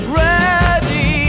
ready